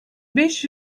beş